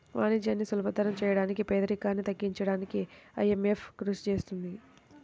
వాణిజ్యాన్ని సులభతరం చేయడానికి పేదరికాన్ని తగ్గించడానికీ ఐఎంఎఫ్ కృషి చేస్తుంది